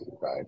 Right